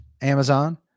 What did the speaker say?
Amazon